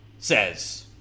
says